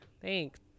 Thanks